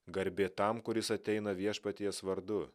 garbė tam kuris ateina viešpaties vardu